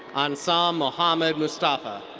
annsam mohammad mustafa.